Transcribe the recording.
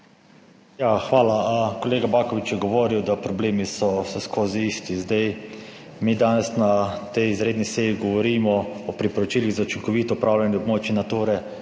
hvala. Kolega Bakovič je govoril, da problemi so vseskozi isti. Zdaj, mi danes na tej izredni seji govorimo o priporočilih za učinkovito upravljanje območij Nature